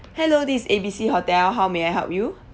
hello this is A B C hotel how may I help you